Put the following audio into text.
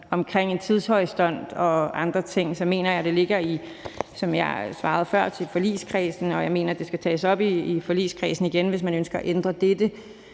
med en tidshorisont og andre ting mener jeg, at det ligger i forligskredsen, som jeg svarede før, og jeg mener, at det skal tages op i forligskredsen igen, hvis man ønsker at ændre dette.